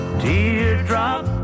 teardrop